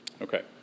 Okay